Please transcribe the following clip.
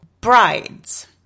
Brides